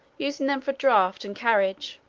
using them for draught and carriage